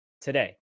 today